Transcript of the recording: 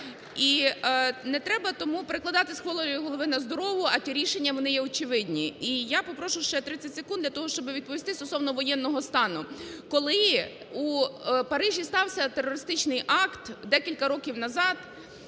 І не треба тому перекладати з хворої голови на здорову, а ті рішення, вони є очевидні. І я попрошу ще 30 секунд для того, щоб відповісти стосовно воєнного стану. Коли у Парижі стався терористичний акт декілька років назад,